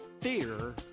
Fear